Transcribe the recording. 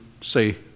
say